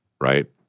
right